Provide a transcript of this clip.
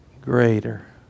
Greater